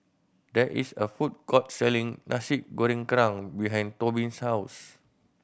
there is a food court selling Nasi Goreng Kerang behind Tobin's house